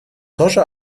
тоже